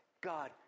god